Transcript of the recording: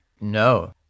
No